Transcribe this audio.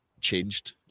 changed